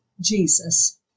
Jesus